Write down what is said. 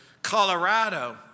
Colorado